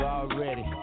already